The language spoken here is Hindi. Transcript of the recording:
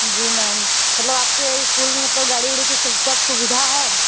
जी मैम मतलब आपके ईस्कूल में मतलब गाड़ी उड़ी की श सब सुविधा है